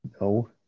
No